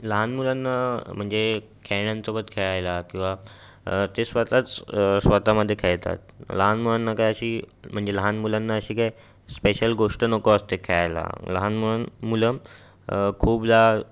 लहान मुलांना म्हणजे खेळण्यांसोबत खेळायला किंवा ते स्वतःच स्वतःमध्ये खेळतात लहान मुलांना काय अशी म्हणजे लहान मुलांना अशी काय स्पेशल गोष्ट नको असते खेळायला लहान म मुलं खूपदा